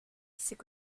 c’est